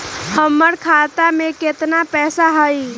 हमर खाता में केतना पैसा हई?